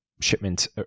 shipment